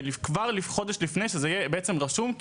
וגם הרמקולים הארוכים זה בזכותי.